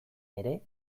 ere